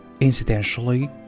incidentally